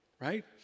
Right